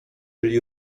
byli